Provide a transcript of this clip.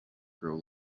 grow